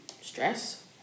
stress